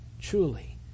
truly